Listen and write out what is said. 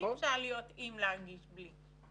אי אפשר להיות עם, להרגיש בלי.